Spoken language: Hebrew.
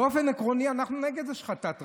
באופן עקרוני אנחנו נגד השחתת רכוש.